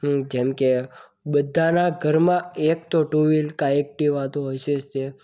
હં જેમકે બધાના ઘરમાં એક તો ટુ વીલ કાં એકટીવા તો હશે જ તે